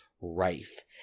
rife